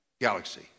galaxy